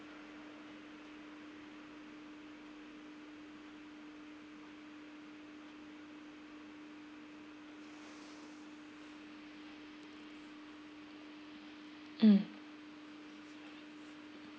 mm